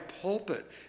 pulpit